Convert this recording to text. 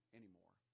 anymore